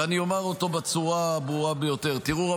ואני אומר אותו בצורה הברורה ביותר: ראו,